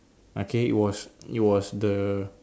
okay it was it was the